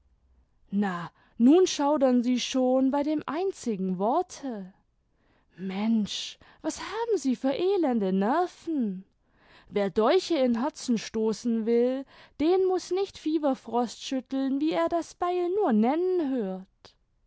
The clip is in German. na nun schaudern sie schon bei dem einzigen worte mensch was haben sie für elende nerven wer dolche in herzen stoßen will den muß nicht fieberfrost schütteln wie er das beil nur nennen hört